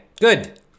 good